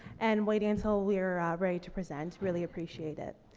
and waiting until we're, ah, ready to present. really appreciate it.